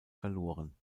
verloren